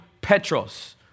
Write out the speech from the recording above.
Petros